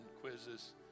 quizzes